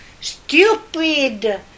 stupid